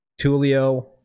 Tulio